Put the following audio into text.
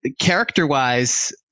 character-wise